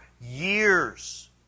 years